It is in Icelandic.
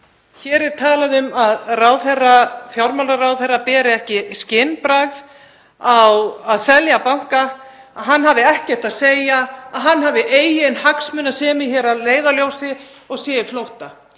Hér er talað um að fjármálaráðherra beri ekki skynbragð á að selja banka, að hann hafi ekkert að segja, að hann hafi eigin hagsmuni hér að leiðarljósi og sé á flótta.